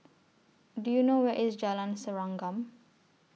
Do YOU know Where IS Jalan Serengam